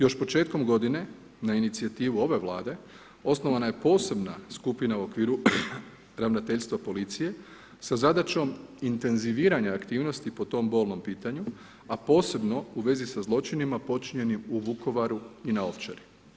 Još početkom godine na inicijativu ove vlade osnovana je posebna skupina u okviru ravnateljstva policije sa zadaćom intenziviranja aktivnosti po tom bolnom pitanju, a posebno u vezi sa zločinima počinjenim u Vukovaru i na Ovčari.